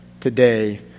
today